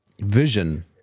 vision